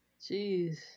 Jeez